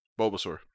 Bulbasaur